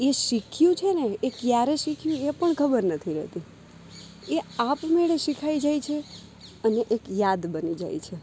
એ શીખ્યું છેને એ ક્યારે શીખ્યું એ પણ ખબર નથી રહેતી એ આપ મેળે શીખાઈ જાય છે અને એક યાદ બની જાય છે